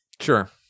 Sure